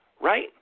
right